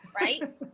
right